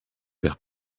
vers